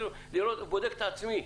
בודק את עצמי,